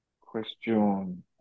Question